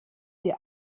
dir